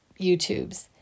YouTubes